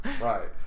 right